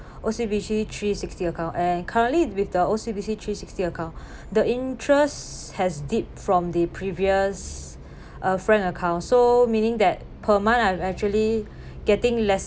O_C_B_C three sixty account and currently with the O_C_B_C three sixty account the interest has dip from the previous uh frank account so meaning that per month I'm actually getting less~